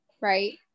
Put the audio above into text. right